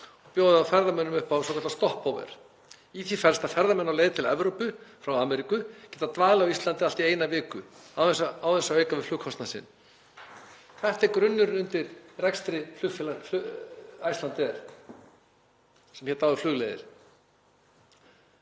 að bjóða ferðamönnum upp á svokallað „stopover“, en í því felst að ferðamenn á leið til Evrópu frá Ameríku geta dvalið á Íslandi í allt að eina viku án þess að auka við flugkostnað sinn. Þetta er grunnurinn undir rekstri flugfélagsins Icelandair sem hét áður Flugleiðir.